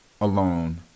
alone